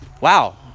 wow